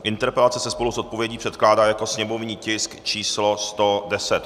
Interpelace se spolu s odpovědí předkládá jako sněmovní tisk číslo 110.